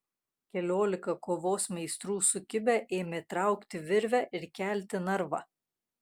keliolika kovos meistrų sukibę ėmė traukti virvę ir kelti narvą